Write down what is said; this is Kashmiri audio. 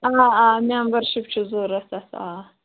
آ آ مٮ۪مبَرشِپ چھُ ضروٗرت اَتھ آ